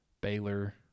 Baylor